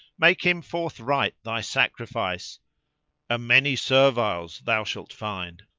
make him forthright thy sacrifice a many serviles thou shalt find,